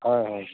ହ ହଉ